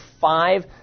five